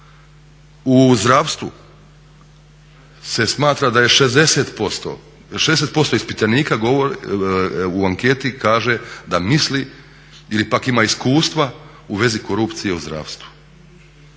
U zdravstvu se smatra da je, 60% ispitanika u anketi kaže da misli ili pak ima iskustva u vezi korupcije u zdravstvu.